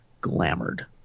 glamoured